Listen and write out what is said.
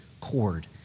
cord